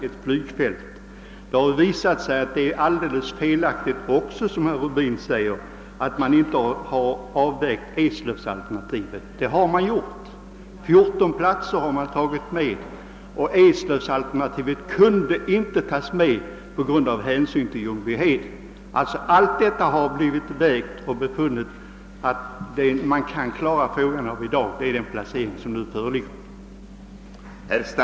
Det har också visat sig att herr Rubin har alldeles fel när han säger att man inte har övervägt Eslövsalternativet. Det har man gjort. Man har undersökt fjorton platser och Eslövsalternativet kunde inte komma i fråga på grund av hänsyn till Ljungbyhed. Allt detta har alltså undersökts och därvid har befunnits att det sätt på vilket man kan klara frågan i dag är att välja den placering man nu har bestämt sig för.